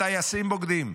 הטייסים בוגדים,